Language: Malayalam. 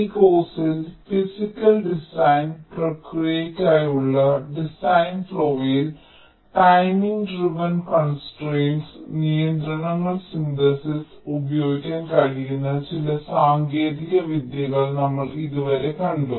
ഈ കോഴ്സിൽ ഫിസിക്കൽ ഡിസൈൻ പ്രക്രിയയ്ക്കായുള്ള ഡിസൈൻ ഫ്ലോയിൽ ടൈമിംഗ് ഡ്രൈവൻ കോൺസ്ട്രയിന്റ്സ് നിയന്ത്രണങ്ങൾ സിന്തെസിസിൽ ഉപയോഗിക്കാൻ കഴിയുന്ന ചില സാങ്കേതിക വിദ്യകൾ നമ്മൾ ഇതുവരെ കണ്ടു